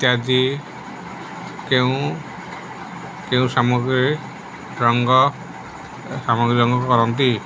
ଇତ୍ୟାଦି କେଉଁ କେଉଁ ସାମଗ୍ରୀ ରଙ୍ଗ ସାମଗ୍ରୀ ରଙ୍ଗ କରନ୍ତି